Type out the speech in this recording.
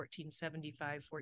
1475